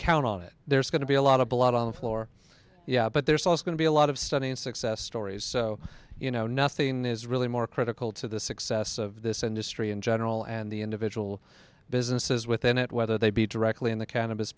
count on it there's going to be a lot of blood on the floor yeah but there's also going to be a lot of stunning success stories so you know nothing is really more critical to the success of this industry in general and the individual businesses within it whether they be directly in the